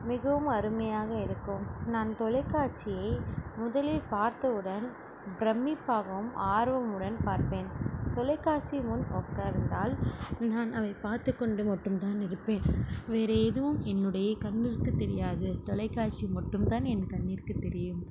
மிகவும் அருமையாக இருக்கும் நான் தொலைக்காட்சியே முதலில் பார்த்தவுடன் பிரம்மிப்பாகவும் ஆர்வமுடன் பார்ப்பேன் தொலைக்காட்சி முன் உக்கார்ந்தால் நான் அதை பார்த்துக்கொண்டு மட்டும் தான் இருப்பேன் வேறு எதுவும் என்னுடைய கண்ணிற்கு தெரியாது தொலைக்காட்சி மட்டும் தான் என் கண்ணிற்கு தெரியும்